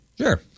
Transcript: Sure